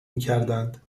میکردند